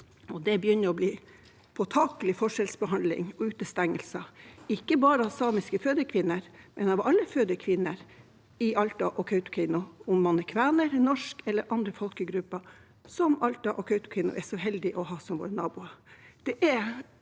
Det begynner å bli en påtakelig forskjellsbehandling og utestengelse, ikke bare av samiske fødekvinner, men av alle fødekvinner i Alta og Kautokeino, enten man er kven, norsk eller av en annen folkegruppe som Alta og Kautokeino er så heldig å ha som våre naboer.